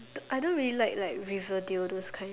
I don't really like like Riverdale those kind